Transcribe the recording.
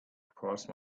because